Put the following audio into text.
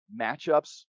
matchups